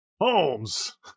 Holmes